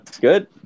Good